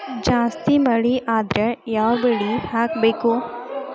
ಜಾಸ್ತಿ ಮಳಿ ಆದ್ರ ಯಾವ ಬೆಳಿ ಹಾಕಬೇಕು?